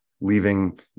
leaving